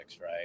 right